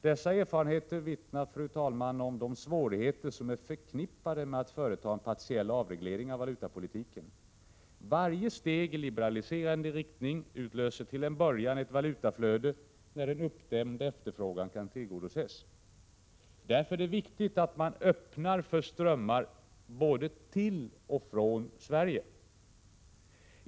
Dessa erfarenheter vittnar, fru talman, om de svårigheter som är förknippade med att företa en partiell avreglering av valutapolitiken. Varje steg i liberaliserande riktning utlöser till en början ett valutaflöde när en uppdämd efterfrågan kan tillgodoses. Därför är det viktigt att man öppnar för strömmar både till och från Sverige.